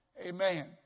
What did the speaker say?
Amen